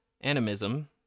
Animism